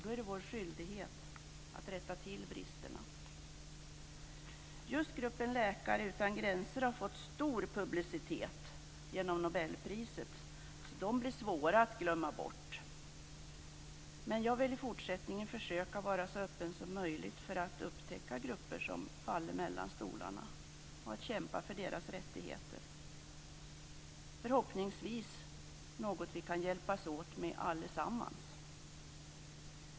Då är det vår skyldighet att rätta till bristerna. Just gruppen Läkare utan gränser har fått stor publicitet genom Nobelpriset, så den blir svår att glömma bort. Jag vill i fortsättningen försöka att vara så öppen som möjligt för att upptäcka grupper som faller mellan stolarna och kämpa för deras rättigheter. Det är förhoppningsvis något vi kan hjälpas åt med allesammans.